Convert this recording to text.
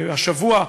השבוע,